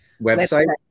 Website